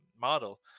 model